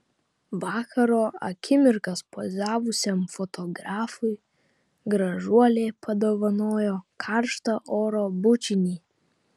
vakaro akimirkas pozavusiam fotografui gražuolė padovanojo karštą oro bučinį